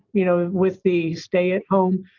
you know, with the stay at home,